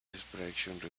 expression